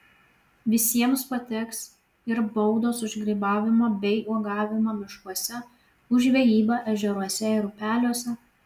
visiems patiks ir baudos už grybavimą bei uogavimą miškuose už žvejybą ežeruose ir upeliuose